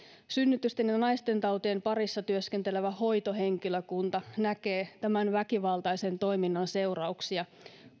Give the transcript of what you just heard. synnytysten ja naistentautien parissa työskentelevä hoitohenkilökunta näkee tämän väkivaltaisen toiminnan seurauksia